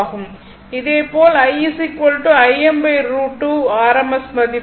இதேபோல் I Im √2 rms மதிப்பு